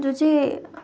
जो चाहिँ